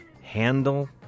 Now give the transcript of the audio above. handle